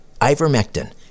Ivermectin